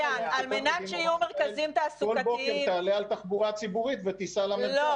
כל בוקר תעלה על תחבורה ציבורית ותיסע למרכז.